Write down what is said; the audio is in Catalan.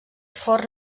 forn